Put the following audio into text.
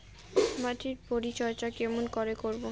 মাটির পরিচর্যা কেমন করে করব?